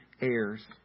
heirs